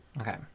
Okay